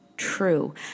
true